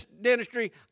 dentistry